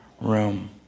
room